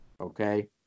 Okay